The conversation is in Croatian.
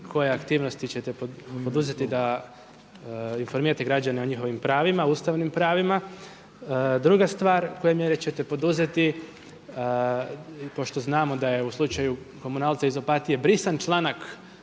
koje aktivnosti ćete poduzeti da informirate građane o njihovim pravima ustavnim pravima. Druga stvar, koje mjere ćete poduzeti, pošto znamo da je u slučaju komunalca iz Opatije brisan članak